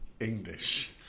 English